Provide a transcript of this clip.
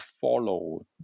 follow